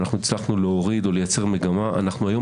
הצלחנו להוריד ולייצר מגמה אבל כרגע,